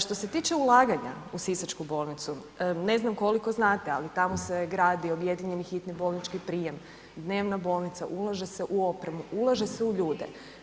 Što se tiče ulaganja u sisačku bolnicu, ne znam koliko znate ali tamo se gradi objedinjeni hitni bolnički prijem, dnevna bolnica, ulaže se u opremu, ulaže se u ljude.